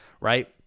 right